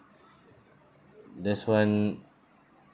there's one